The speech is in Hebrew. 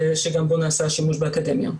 שגם בו נעשה שימוש באקדמיה.